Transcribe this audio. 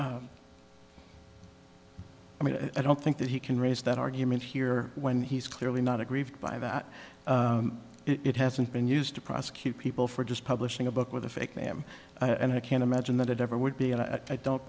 e i mean i don't think that he can raise that argument here when he's clearly not aggrieved by that it hasn't been used to prosecute people for just publishing a book with a fake them and i can't imagine that it ever would be a i don't